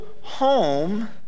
home